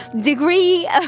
degree